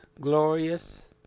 glorious